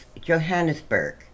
Johannesburg